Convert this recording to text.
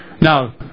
Now